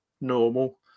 normal